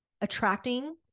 attracting